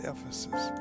Ephesus